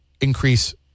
increase